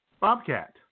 Bobcat